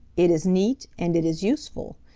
it is neat and it is useful.